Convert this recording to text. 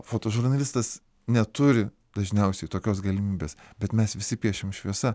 fotožurnalistas neturi dažniausiai tokios galimybės bet mes visi piešiam šviesa